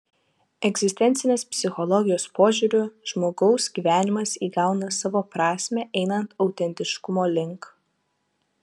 egzistencinės psichologijos požiūriu žmogaus gyvenimas įgauna savo prasmę einant autentiškumo link